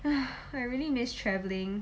!aiya! I really miss travelling